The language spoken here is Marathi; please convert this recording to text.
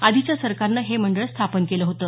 आधीच्या सरकारनं हे मंडळ स्थापन केलं होतं